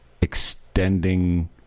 extending